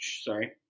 sorry